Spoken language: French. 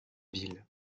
ville